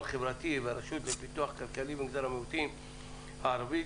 חברתי והרשות לפיתוח כלכלי של מגזר המיעוטים הערבי,